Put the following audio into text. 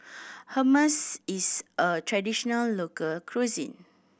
hummus is a traditional local cuisine